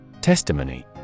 Testimony